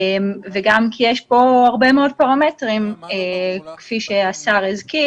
וגם כי יש פה הרבה מאוד פרמטרים כפי שהשר הזכיר.